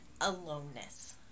aloneness